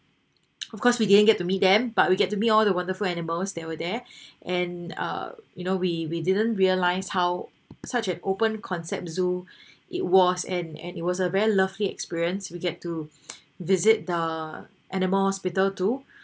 of course we didn't get to meet them but we get to meet all the wonderful animals that were there and uh you know we we didn't realize how such an open concept zoo it was and and it was a very lovely experience we get to visit the animal hospital too